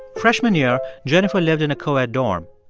freshman year, jennifer lived in a coed dorm.